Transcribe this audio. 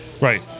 Right